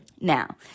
Now